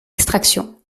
extraction